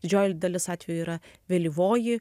didžioji dalis atvejų yra vėlyvoji